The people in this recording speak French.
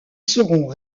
seront